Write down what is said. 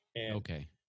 Okay